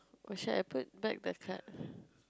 oh shit I put back the card